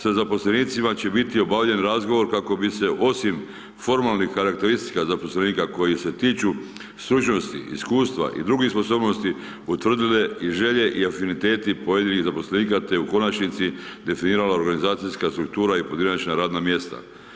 Sa zaposlenicima će biti obavljen razgovor kako bi se osim formalnih karakteristika zaposlenika koji se tiču stručnosti, iskustva i drugih sposobnosti, utvrdile i želje i afiniteti pojedinih zaposlenika, te u konačnici definirala organizacijska struktura i pojedinačna radna mjesta.